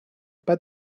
pas